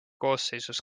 koosseisus